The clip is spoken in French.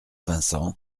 vincent